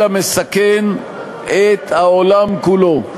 אלא מסכן את העולם כולו.